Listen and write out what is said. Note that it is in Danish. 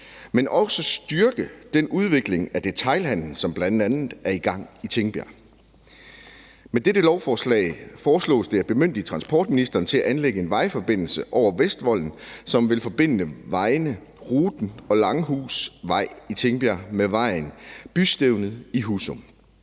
men også styrke den udvikling af detailhandelen, som bl.a. er i gang i Tingbjerg. Med dette lovforslag foreslås det at bemyndige transportministeren til at anlægge en vejforbindelse over Vestvolden, som vil forbinde vejene Ruten og Langhusvej i Tingbjerg med vejen Bystævnet i Husum.